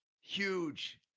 huge